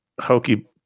hokey